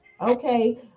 Okay